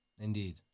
Indeed